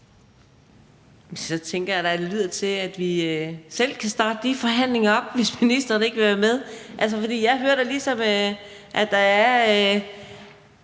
Så tænker jeg da, at det lyder til, at vi selv kan starte de forhandlinger op, hvis ministeren ikke vil være med. For jeg hører da ligesom, at der er